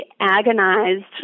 agonized